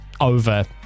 Over